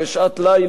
בשעת לילה,